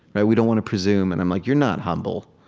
but we don't want to presume. and i'm like, you're not humble.